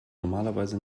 normalerweise